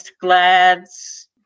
glads